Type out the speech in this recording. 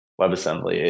WebAssembly